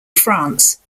france